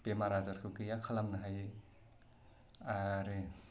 बेमार आजारखौ गैया खालामनो हायो आरो